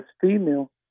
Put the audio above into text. female